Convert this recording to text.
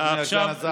תם הזמן.